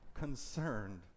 concerned